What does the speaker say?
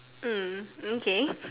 mm okay